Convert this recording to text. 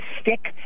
stick